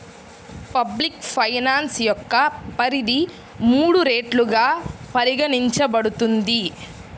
public finance యొక్క పరిధి మూడు రెట్లుగా పరిగణించబడుతుంది